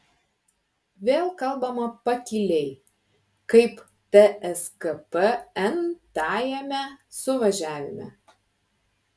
vėl kalbama pakiliai kaip tskp n tajame suvažiavime